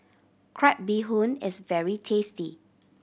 crab bee hoon is very tasty